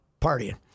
partying